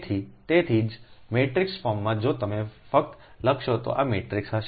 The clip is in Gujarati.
તેથી તેથી જ મેટ્રિક્સ ફોર્મમાં જો તમે ફક્ત લખશો તો આ મેટ્રિક્સ હશે